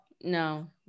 no